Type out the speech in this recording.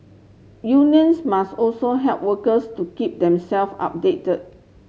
unions must also help workers to keep them self updated